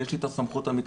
יש לי את הסמכות המקצועית,